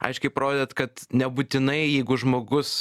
aiškiai parodėt kad nebūtinai jeigu žmogus